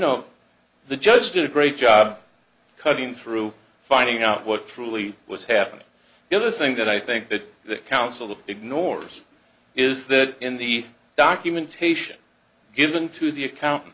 know the judge did a great job cutting through finding out what truly was happening the other thing that i think that the counsel that ignores is that in the documentation given to the account